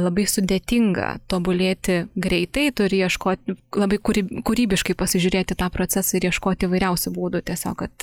labai sudėtinga tobulėti greitai turi ieškoti labai kuryb kūrybiškai pasižiūrėti į tą procesą ir ieškoti įvairiausių būdų tiesiog kad